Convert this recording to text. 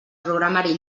programari